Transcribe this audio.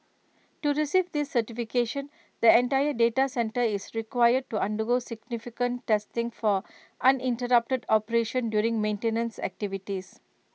to receive this certification the entire data centre is required to undergo significant testing for uninterrupted operation during maintenance activities